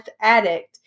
addict